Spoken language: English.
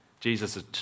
Jesus